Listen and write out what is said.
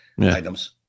items